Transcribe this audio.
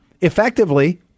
Effectively